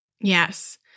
Yes